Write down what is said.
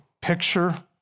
picture